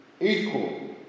equal